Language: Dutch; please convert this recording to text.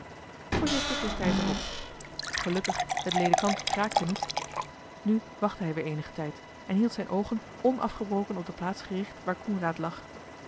voorzichtig richtte hij zich op gelukkig het ledekant kraakte niet nu wachtte hij weer eenigen tijd en hield zijne oogen onafgebroken op de plaats gericht waar coenraad lag